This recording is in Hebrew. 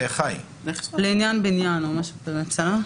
"לעניין בניין" או משהו כזה.